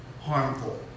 harmful